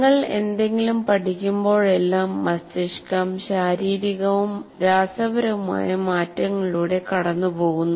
നിങ്ങൾ എന്തെങ്കിലും പഠിക്കുമ്പോഴെല്ലാം മസ്തിഷ്കം ശാരീരികവും രാസപരവുമായ മാറ്റങ്ങളിലൂടെ കടന്നുപോകുന്നു